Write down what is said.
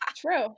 true